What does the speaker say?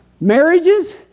marriages